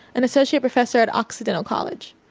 an associate professor at occidental college.